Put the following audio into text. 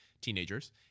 teenagers